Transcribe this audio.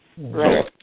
Right